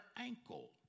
ankle